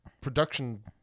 production